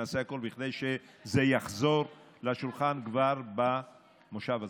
כדי שזה יחזור לשולחן כבר במושב הזה.